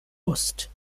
ost